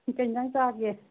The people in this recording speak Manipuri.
ꯀꯩ ꯌꯦꯟꯁꯥꯡ ꯆꯥꯒꯦ